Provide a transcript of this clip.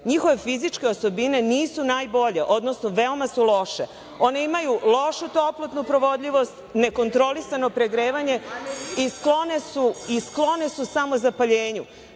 njihove fizičke osobine nisu najbolje, odnosno veoma su loše. One imaju lošu toplotnu provodljivost, nekontrolisano pregrevanje i sklone su samozapaljenju.